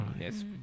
Yes